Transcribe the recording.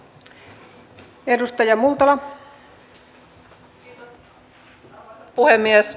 arvoisa puhemies